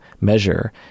measure